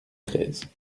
treize